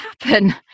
happen